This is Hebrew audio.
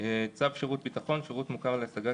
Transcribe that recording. צו שירות ביטחון (שירות מוכר להשגת